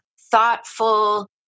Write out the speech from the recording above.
thoughtful